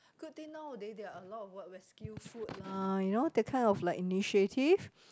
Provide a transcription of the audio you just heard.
good thing nowadays there are a lot of what rescue food lah you know that kind of like initiative